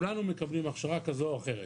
כולנו מקבלים הכשרה כזו או אחרת,